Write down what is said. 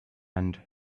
end